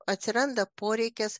atsiranda poreikis